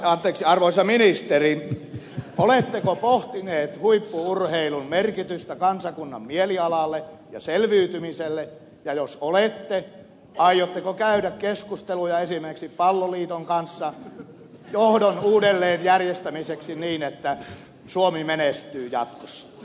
anteeksi arvoisa ministeri oletteko pohtinut huippu urheilun merkitystä kansakunnan mielialalle ja selviytymiselle ja jos olette aiotteko käydä keskusteluja esimerkiksi palloliiton kanssa johdon uudelleenjärjestämiseksi niin että suomi menestyy jatkossa